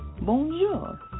Bonjour